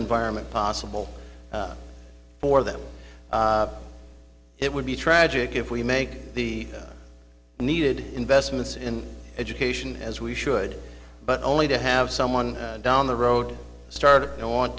environment possible for them it would be tragic if we make the needed investments in education as we should but only to have someone down the road start i want